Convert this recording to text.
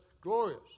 glorious